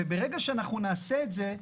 ברגע שאנחנו נעשה את זה,